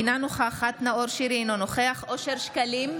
אינה נוכחת נאור שירי, אינו נוכח אושר שקלים,